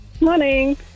Morning